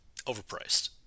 overpriced